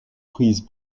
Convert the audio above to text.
prise